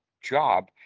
job